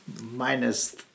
minus